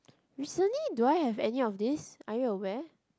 recently do I have any of this are you aware